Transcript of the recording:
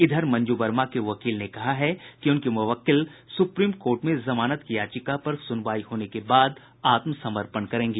इधर मंजू वर्मा के वकील ने कहा है कि उनकी मुवक्किल सुप्रीम कोर्ट में जमानत की याचिका पर सुनवाई होने के बाद आत्मसमर्पण करेंगी